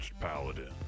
Paladin